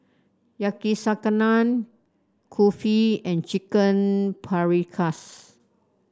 Yakizakana Kulfi and Chicken Paprikas